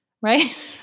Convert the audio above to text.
right